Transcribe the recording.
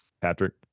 Patrick